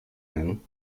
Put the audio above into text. nennen